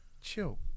chill